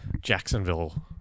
Jacksonville